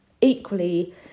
equally